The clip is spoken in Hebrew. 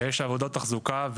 ויש עבודות תחזוקה,